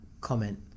comment